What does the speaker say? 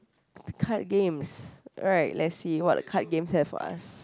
the card games alright let's see what are the card games there for us